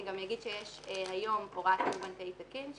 אני גם אומר שיש היום הוראה ואם תרצו,